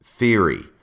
theory